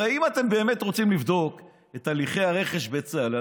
הרי אם אתם באמת רוצים לבדוק את הליכי הרכש בצה"ל,